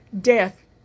death